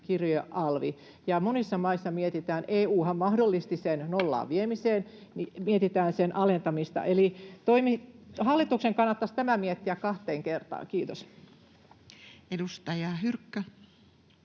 kirjojen alvi, ja monissa maissa mietitään — EU:han mahdollisti sen nollaan viemiseen — sen alentamista. Eli hallituksen kannattaisi tämä miettiä kahteen kertaan. — Kiitos. [Speech 158]